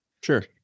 sure